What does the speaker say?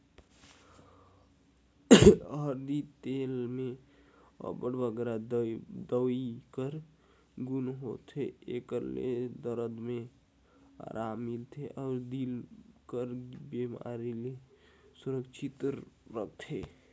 हरदी कर तेल में अब्बड़ बगरा दवई कर गुन होथे, एकर ले दरद में अराम मिलथे अउ दिल कर बेमारी ले सुरक्छित राखथे